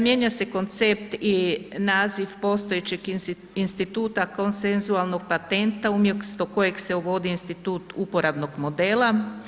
Mijenja se koncept i naziv postojećeg instituta konsenzualnog patenta umjesto kojeg se uvodi institut uporabnog modela.